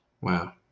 Wow